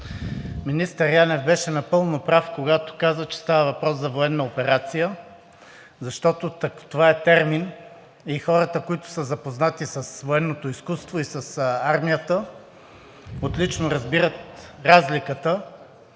Министър Янев беше напълно прав, когато каза, че става въпрос за военна операция, защото това е термин и хората, които са запознати с военното изкуство и с армията, отлично разбират разликата.